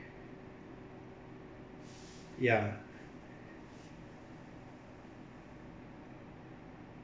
ya